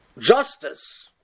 justice